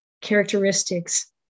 characteristics